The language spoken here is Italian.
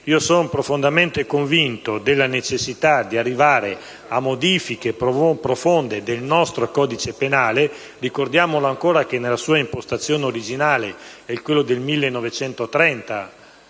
sono profondamente convinto della necessità di arrivare a modifiche profonde del nostro codice penale, il quale - ricordiamolo ancora - nella sua impostazione originaria risale al 1930,